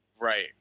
Right